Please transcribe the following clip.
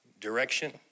direction